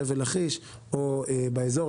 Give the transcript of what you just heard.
חבל לכיש או באזור,